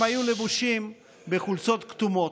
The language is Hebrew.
הם היו לבושים בחולצות כתומות.